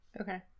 okay